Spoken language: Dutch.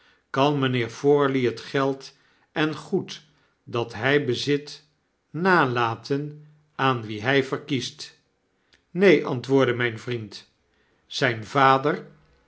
kan mynheer forley het geld en goed dat hy bezit nalaten aan wie hy verkiest neen antwoordde myn vriend zyn vader